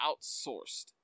outsourced